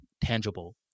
tangible